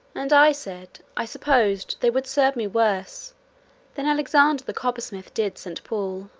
and i said i supposed they would serve me worse than alexander the coppersmith did st. paul,